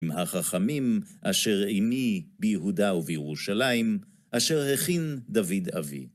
עם החכמים אשר עמי ביהודה ובירושלים, אשר הכין דוד אבי.